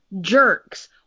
jerks